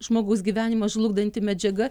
žmogaus gyvenimą žlugdanti medžiaga